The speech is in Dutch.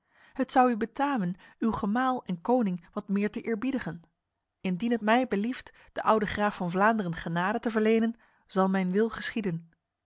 het zou u betamen uw gemaal en koning wat meer te eerbiedigen indien het mij belieft de oude graaf van vlaanderen genade te verlenen zal mijn wil geschieden